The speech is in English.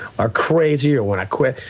or crazy, or when i quit,